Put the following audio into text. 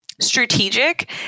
strategic